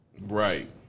right